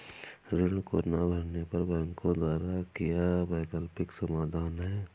ऋण को ना भरने पर बैंकों द्वारा क्या वैकल्पिक समाधान हैं?